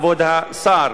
כבוד השר.